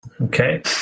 Okay